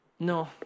No